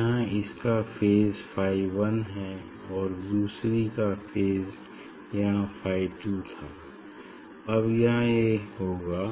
यहाँ इसका phase phi 1 है और दूसरी का फेज यहाँ फाई 2 था अब यहाँ ये होगा